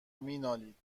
مینالید